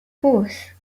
forced